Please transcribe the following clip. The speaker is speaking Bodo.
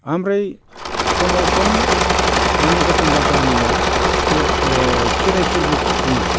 आमफ्राय समाव सम माने एखमब्ला गामिया खेराइ फोरबो खुङो